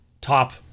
top